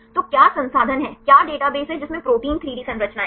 तो क्या संसाधन है क्या डेटाबेस है जिसमें प्रोटीन 3 डी संरचनाएं हैं